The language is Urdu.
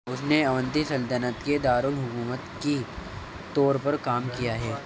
اس نے اونتی سلطنت کے دار الحکومت کی طور پر کام کیا ہے